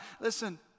Listen